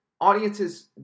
audiences